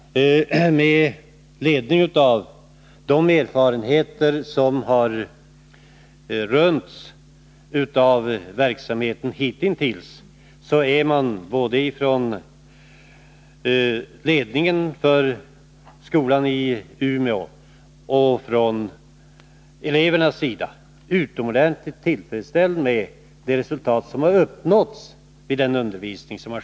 På basis av de hittillsvarande erfarenheterna kan jag säga att både ledningen för skolan i Umeå och eleverna är utomordenligt tillfredsställda med de resultat som har uppnåtts vid undervisningen.